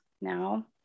now